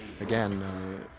again